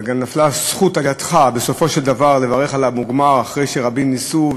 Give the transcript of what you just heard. וגם נפלה הזכות לידך בסופו של דבר לברך על המוגמר אחרי שרבים ניסו,